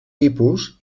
tipus